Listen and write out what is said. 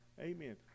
Amen